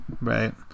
right